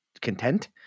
content